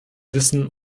wissen